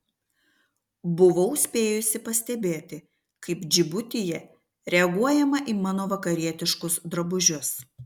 buvau spėjusi pastebėti kaip džibutyje reaguojama į mano vakarietiškus drabužius